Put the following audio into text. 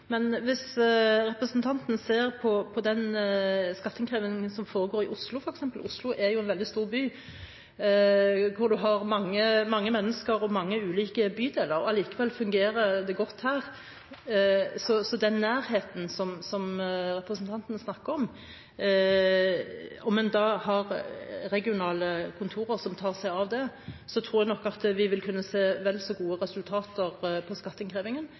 men hvis representanten ser på den skatteinnkrevingen som foregår f.eks. i Oslo, er jo Oslo en veldig stor by, hvor det er mange mennesker og mange ulike bydeler, og allikevel fungerer det godt. Om en har regionale kontorer som tar seg av dette, tror jeg nok at vi vil kunne se vel så gode resultater av skatteinnkrevingen,